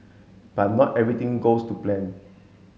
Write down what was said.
but not everything goes to plan